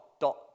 dot